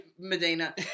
Medina